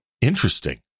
Interesting